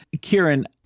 Kieran